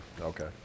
Okay